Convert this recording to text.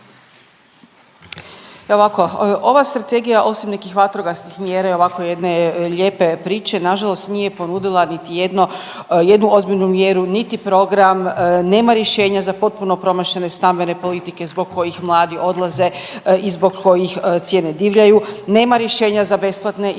ovako, ova strategija osim nekih vatrogasnih mjera i ovako jedne lijepe priče nažalost nije ponudila niti jedno, jednu ozbiljnu mjeru, niti program, nema rješenja za potpuno promašene stambene politike zbog kojih mladi odlaze i zbog kojih cijene divljaju, nema rješenja za besplatne i